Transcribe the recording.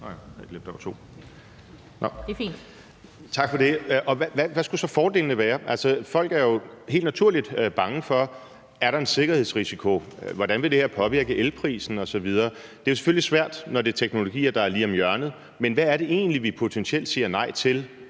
Hvad skulle så fordelene være? Altså, folk er jo helt naturligt bange for, om der er en sikkerhedsrisiko, hvordan det her vil påvirke elprisen osv. Det er jo selvfølgelig svært, når det er teknologier, der er lige om hjørnet, men hvad er det egentlig, vi potentielt siger nej til